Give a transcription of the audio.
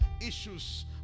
issues